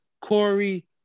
Corey